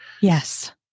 Yes